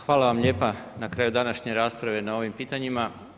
Hvala vam lijepa na kraju današnje rasprave na ovim pitanjima.